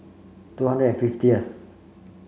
two hundred and fiftieth